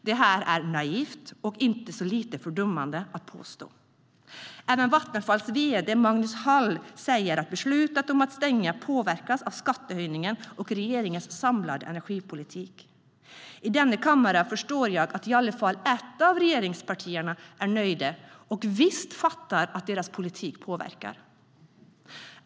Det är naivt och inte så lite fördummande att påstå detta. Även Vattenfalls vd Magnus Hall säger att beslutet om att stänga påverkades av skattehöjningen och regeringens samlade energipolitik. I denna kammare förstår jag att i alla fall ett av regeringspartierna är nöjt och visst fattar att dess politik påverkar.